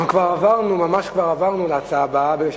אנחנו כבר עברנו, ממש כבר עברנו להצעה הבאה.